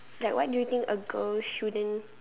like what do you think a girl shouldn't